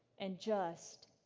and just,